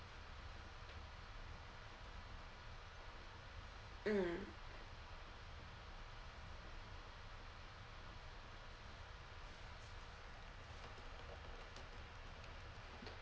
mm